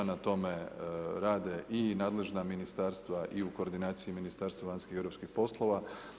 Na tome rade i nadležna ministarstva i u koordinaciji Ministarstva vanjskih i europskih poslova.